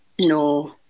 No